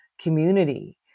community